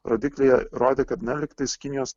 rodikliai rodė kad na lygtais kinijos